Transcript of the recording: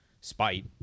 spite